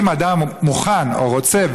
אם אדם מוכן או רוצה,